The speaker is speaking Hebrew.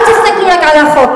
אל תסתכלו רק על החוק,